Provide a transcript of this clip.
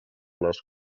les